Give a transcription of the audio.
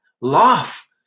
Laugh